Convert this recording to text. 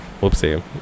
Whoopsie